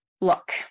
Look